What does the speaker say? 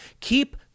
keep